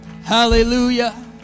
Hallelujah